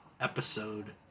episode